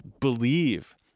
believe